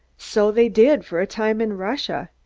so they did for a time in russia.